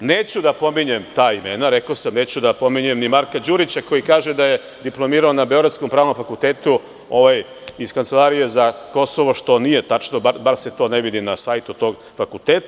Elem, neću da pominjem ta imena, rekao sam, neću da pominjem ni Marka Đurića koji kaže da je diplomirao na beogradskom Pravnom fakultetu, iz Kancelarije za Kosovo, što nije tačno, bar se to ne vidi na sajtu tog fakulteta.